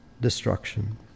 destruction